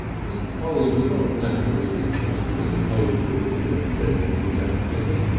mr. polly was not naturally interested in hosiery and gentlemen's outfitting.